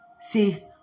See